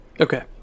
Okay